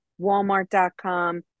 Walmart.com